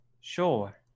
Sure